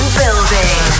building